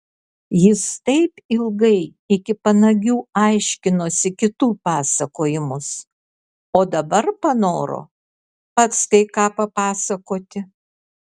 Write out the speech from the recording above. jis taip ilgai iki panagių aiškinosi kitų pasakojimus o dabar panoro pats kai ką papasakoti